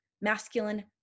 masculine